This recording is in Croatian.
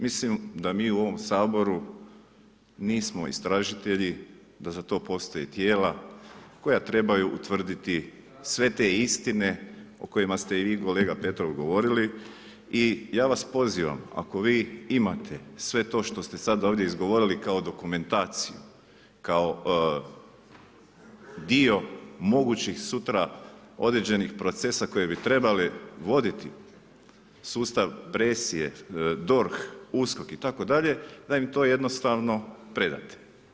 Mislim da mi u ovom saboru nismo istražitelji, da za to postoje tijela koja trebaju u tvrditi sve te istine, o kojima ste i vi kolega Petrov govorili i ja vas pozivam ako vi imate sve to što ste sada ovdje izgovorili kao dokumentaciju, kao dio mogućih sutra određenih procesa koji bi trebali voditi sustav presije, DORH, USKOK itd. da im to jednostavno predate.